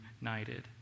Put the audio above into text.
united